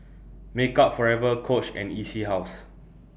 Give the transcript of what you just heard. Makeup Forever Coach and E C House